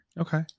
okay